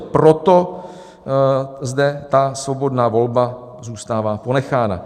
Proto zde ta svobodná volba zůstává ponechána.